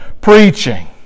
preaching